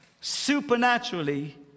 supernaturally